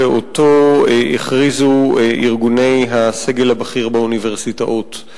שעליו הכריזו ארגוני הסגל הבכיר באוניברסיטאות.